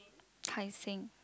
Tai Seng